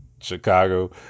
Chicago